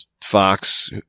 Fox